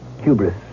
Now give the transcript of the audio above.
Hubris